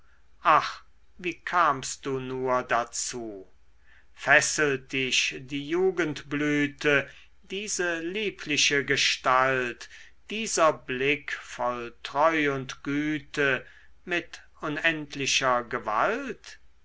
ach wie kamst du nur dazu fesselt dich die jugendblüte diese liebliche gestalt dieser blick voll treu und güte mit unendlicher gewalt